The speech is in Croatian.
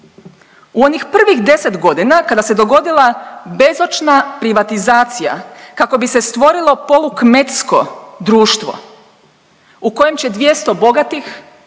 U onih prvih 10 godina kada se dogodila bezočna privatizacija kako bi se stvorilo polu kmetsko društvo u kojem će 200 bogatih